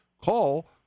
call